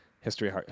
History